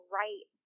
right